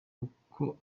uko